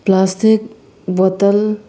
plastic bottle